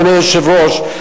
אדוני היושב-ראש,